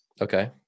Okay